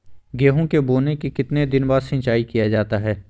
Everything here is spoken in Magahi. गेंहू के बोने के कितने दिन बाद सिंचाई किया जाता है?